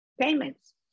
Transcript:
payments